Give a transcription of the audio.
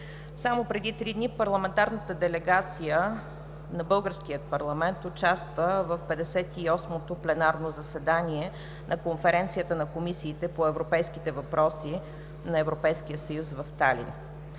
Само преди три дни парламентарната делегация на българския парламент участва в 58-то пленарно заседание на Конференцията на комисиите по европейските въпроси на Европейския съюз в Талин.